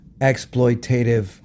exploitative